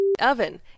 oven